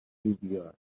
لوبیا